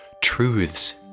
truths